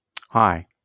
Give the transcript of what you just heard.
Hi